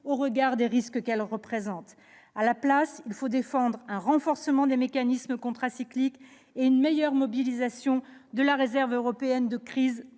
au regard des risques qu'elle présente. Il faut défendre, à la place de cette procédure, un renforcement des mécanismes contracycliques et une meilleure mobilisation de la réserve européenne de crise,